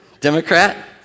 Democrat